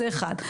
זה אחד.